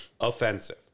Offensive